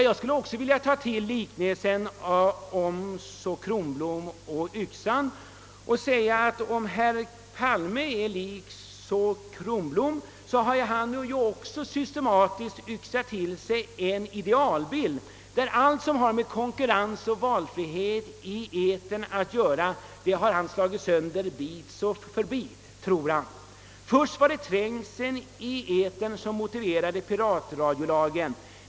Jag vill nu också använda liknelsen om Kronblom och säga att herr Palme har systematiskt yxat till sig en idealbild, där allt som har med konkurrens och valfrihet i etern att göra har yxats bort bit för bit. Först var det trängseln i etern som motiverade piratradiolagen.